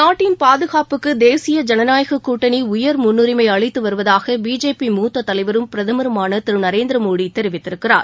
நாட்டின் பாதுகாப்புக்கு தேசிய ஜனநாயக கூட்டணி உயர் முன்னுரிமை அளித்து வருவதாக பிஜேபி மூத்த தலைவரும் பிரதமருமான திரு நரேந்திர மோடி தெரிவித்திருக்கிறார்